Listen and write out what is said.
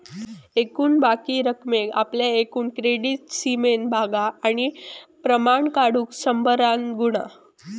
एकूण बाकी रकमेक आपल्या एकूण क्रेडीट सीमेन भागा आणि प्रमाण काढुक शंभरान गुणा